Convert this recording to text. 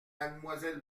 mademoiselle